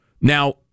Now